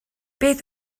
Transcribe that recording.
beth